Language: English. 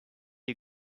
you